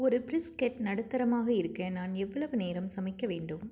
ஒரு ப்ரிஸ்கெட் நடுத்தரமாக இருக்க நான் எவ்வளவு நேரம் சமைக்க வேண்டும்